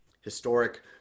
Historic